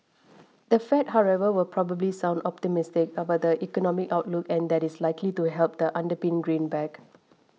the Fed however will probably sound optimistic about the economic outlook and that is likely to help the underpin greenback